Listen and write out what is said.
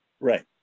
Right